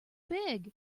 pig